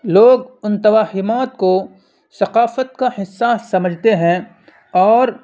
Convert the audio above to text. لوگ ان توہمات کو ثقافت کا حصہ سمجھتے ہیں اور